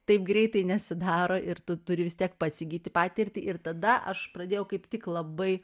taip greitai nesidaro ir tu turi vis tiek pats įgyti patirtį ir tada aš pradėjau kaip tik labai